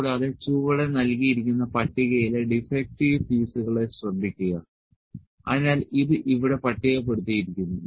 കൂടാതെ ചുവടെ നൽകിയിരിക്കുന്ന പട്ടികയിലെ ഡിഫെക്ടിവ് പീസുകളെ ശ്രദ്ധിക്കുക അതിനാൽ ഇത് ഇവിടെ പട്ടികപ്പെടുത്തിയിരിക്കുന്നു